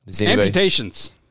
Amputations